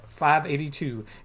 582